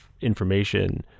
information